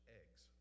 eggs